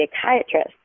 psychiatrist